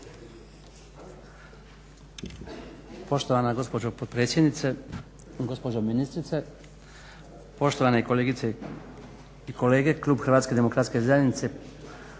Poštovana gospođo potpredsjednice, gospođo ministrice, poštovane kolegice i kolege. Klub Hrvatske demokratske zajednice